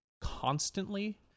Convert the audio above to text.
constantly